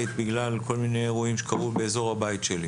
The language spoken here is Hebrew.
בגלל כל מיני אירועים שקרו באזור הבית שלי.